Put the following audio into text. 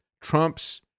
Trump's